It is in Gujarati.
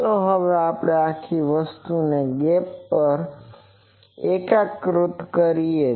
ચાલો હવે આખી વસ્તુને ગેપ પર એકીકૃત કરીએ